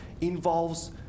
involves